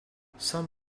some